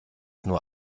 nur